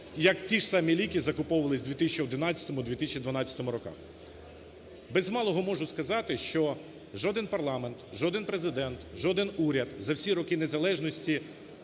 як ті самі ліки закуповувались в 2011, в 2012 роках. Без малого можу сказати, що жоден парламент, жоден Президент, жоден уряд за всі роки незалежності